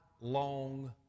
long